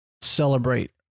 celebrate